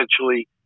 essentially